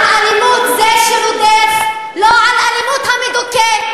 על אלימות זה שרודף, לא על אלימות המדוכא.